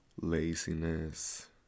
Laziness